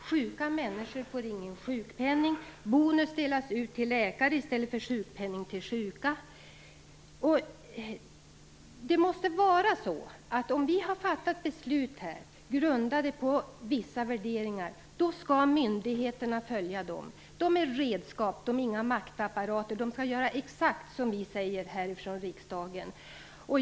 Sjuka människor får ingen sjukpenning, bonus delas ut till läkare i stället för sjukpenning till sjuka. Det måste vara så, att om vi här har fattat beslut grundade på vissa värderingar, skall myndigheterna följa dem. De är redskap, inga maktapparater. De skall göra exakt så som vi säger här från riksdagen.